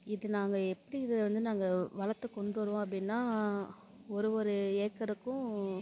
இது நாங்கள் எப்படி இதை வந்து நாங்கள் வளர்த்து கொண்டு வருவோம் அப்படினா ஒரு ஒரு ஏக்கருக்கும்